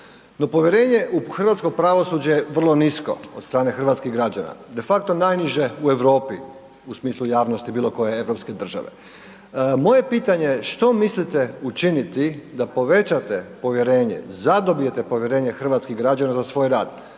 No, povjerenje u hrvatsko pravosuđe je vrlo nisko od strane hrvatskih građana de facto najniže u Europi u smislu javnosti bilo koje europske države. Moje pitanje što mislite učiniti da povećate povjerenje, zadobijete povjerenje hrvatskih građana za svoj rad